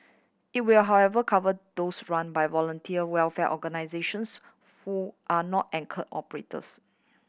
it will however cover those run by voluntary welfare organisations who are not anchor operators